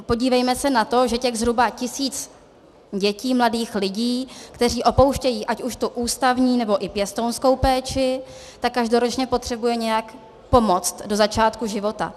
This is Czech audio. Podívejme se na to, že těch zhruba tisíc dětí, mladých lidí, kteří opouštějí ať už tu ústavní, nebo i pěstounskou péči, každoročně potřebuje nějak pomoct do začátku života.